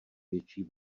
větší